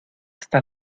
esta